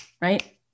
right